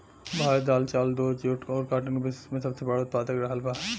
भारत दाल चावल दूध जूट और काटन का विश्व में सबसे बड़ा उतपादक रहल बा